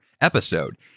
episode